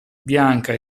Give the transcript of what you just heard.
bianca